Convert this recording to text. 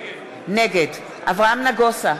נגד אברהם נגוסה,